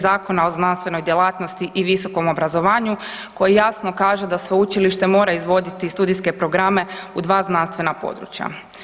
Zakona o znanstvenoj djelatnosti i visokom obrazovanju koji jasno kaže da sveučilište mora izvoditi studijske programe u dva znanstvena područja.